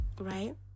right